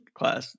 class